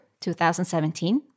2017